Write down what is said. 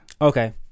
Okay